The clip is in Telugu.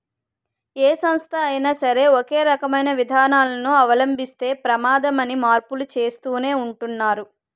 ఏ సంస్థ అయినా సరే ఒకే రకమైన విధానాలను అవలంబిస్తే ప్రమాదమని మార్పులు చేస్తూనే ఉంటున్నారు